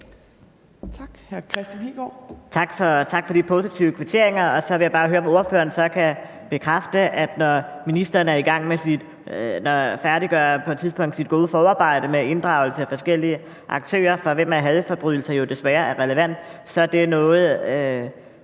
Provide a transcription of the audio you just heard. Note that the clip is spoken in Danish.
Tak for de positive kvitteringer. Jeg vil så bare høre, om ordføreren kan bekræfte, at når ministeren på et tidspunkt færdiggør sit gode forarbejde med inddragelse af forskellige aktører, for hvem hadforbrydelser jo desværre er relevant, så er det et